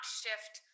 shift